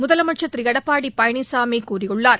முதலமைச்சர் திரு எடப்பாடி பழனிசாமி கூறியுள்ளார்